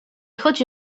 chodzi